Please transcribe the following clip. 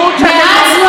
לצערנו,